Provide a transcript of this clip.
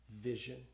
vision